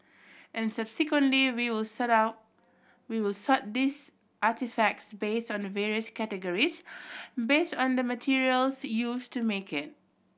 and subsequently we will set out we will sort these artefacts based on the various categories based on the materials used to make it